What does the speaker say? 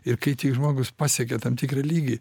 ir kai tik žmogus pasiekia tam tikrą lygį